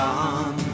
on